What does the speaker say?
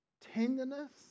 tenderness